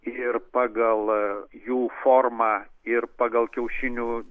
ir pagal jų formą ir pagal kiaušinių